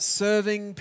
serving